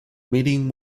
meeting